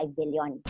billion